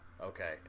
Okay